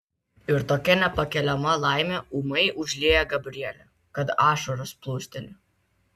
ir tokia nepakeliama laimė ūmai užlieja gabrielę kad ašaros plūsteli